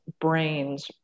brains